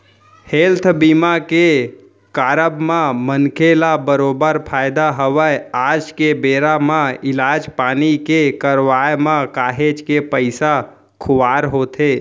health बीमा के कारब म मनखे ल बरोबर फायदा हवय आज के बेरा म इलाज पानी के करवाय म काहेच के पइसा खुवार होथे